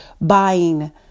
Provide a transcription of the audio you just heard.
buying